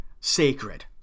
sacred